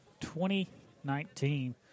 2019